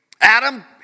Adam